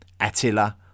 Attila